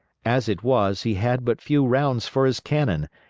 as it was, he had but few roads for his cannon,